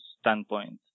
standpoint